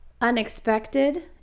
unexpected